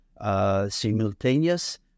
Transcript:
Simultaneous